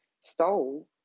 stole